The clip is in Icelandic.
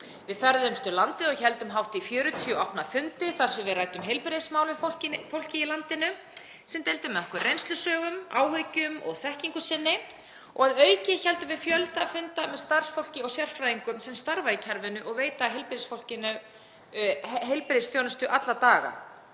Við ferðuðumst um landið og héldum hátt í 40 opna fundi þar sem við ræddum heilbrigðismál við fólkið í landinu, sem deildi með okkur reynslusögum, áhyggjum og þekkingu sinni. Að auki héldum við fjölda funda með starfsfólki og sérfræðingum sem starfa í kerfinu og veita fólki heilbrigðisþjónustu alla daga.